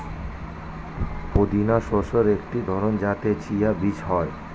পুদিনা শস্যের একটি ধরন যাতে চিয়া বীজ হয়